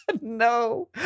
No